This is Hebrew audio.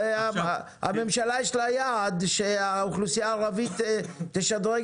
הממשלה יש לה יעד שהאוכלוסייה הערבית תשדרג